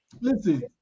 Listen